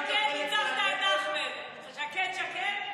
שקט,